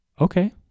Okay